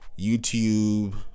YouTube